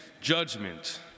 judgment